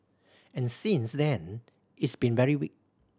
and since then it's been very weak